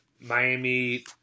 Miami